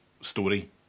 story